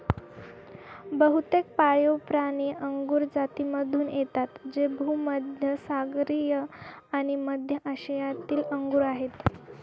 बहुतेक पाळीवप्राणी अंगुर जातीमधून येतात जे भूमध्य सागरीय आणि मध्य आशियातील अंगूर आहेत